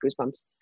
goosebumps